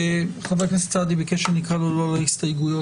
חבר הכנסת סעדי ביקש שנקרא לו לא להסתייגויות